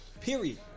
period